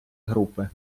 групи